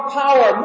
power